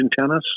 tennis